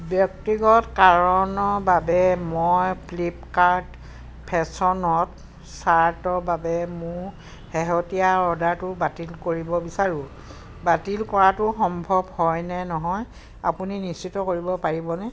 ব্যক্তিগত কাৰণৰ বাবে মই ফ্লিপকাৰ্ট ফেশ্বনত শ্বাৰ্টৰ বাবে মোৰ শেহতীয়া অৰ্ডাৰটো বাতিল কৰিব বিচাৰো বাতিল কৰাটো সম্ভৱ হয় নে নহয় আপুনি নিশ্চিত কৰিব পাৰিবনে